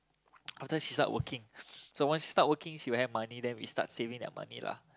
after that she start working so once she start working she will have money then we start saving that money lah